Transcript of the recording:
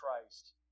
Christ